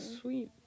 Sweet